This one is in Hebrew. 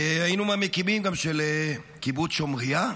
והיינו מהמקימים גם של קיבוץ שומריה,